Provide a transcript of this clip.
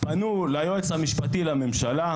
הם פנו ליועץ המשפטי לממשלה,